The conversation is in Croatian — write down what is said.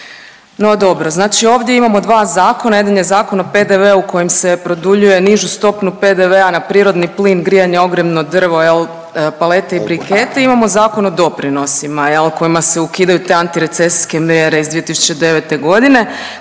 No dobro. Znači ovdje imamo dva zakona, jedan je Zakon o PDV-u u kojem se produljuje nižu stopu PDV-a na prirodni plin, grijanje, ogrjevno drvo palete i brikete i imamo Zakon o doprinosima kojima se ukidaju te antiresecijske mjere iz 2009.g.